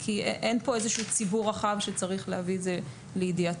כי אין פה ציבור רחב שצריך להביא את זה לידיעתו,